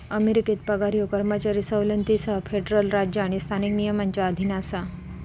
अमेरिकेत पगार ह्यो कर्मचारी सवलतींसह फेडरल राज्य आणि स्थानिक नियमांच्या अधीन असा